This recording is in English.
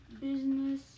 business